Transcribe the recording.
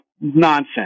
nonsense